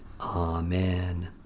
Amen